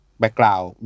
background